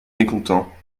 mécontents